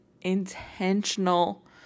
intentional